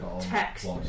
text